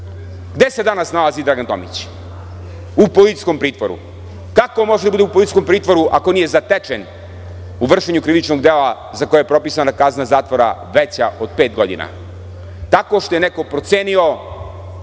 se danas nalazi Dragan Tomić? U policijskom pritvoru. Kako može da bude u policijskom pritvoru ako nije zatečen u vršenju krivičnog dela za koji je propisana kazna zakona veća od pet godina. Tako što je neko procenio